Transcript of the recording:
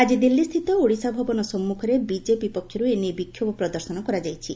ଆଜି ଦିଲ୍ଲୀସ୍ଥିତ ଓଡ଼ିଶା ଭବନ ସମ୍ମୁଖରେ ବିଜେପି ପକ୍ଷରୁ ଏନେଇ ବିକ୍ଷୋଭ ପ୍ରଦର୍ଶନ କରାଯାଇଛି